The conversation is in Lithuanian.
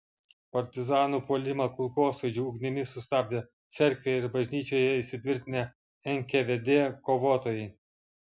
partizanų puolimą kulkosvaidžių ugnimi sustabdė cerkvėje ir bažnyčioje įsitvirtinę nkvd kovotojai